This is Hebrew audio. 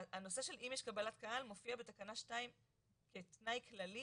הנושא של אם יש קבלת קהל מופיע בתקנה 2 כתנאי כללי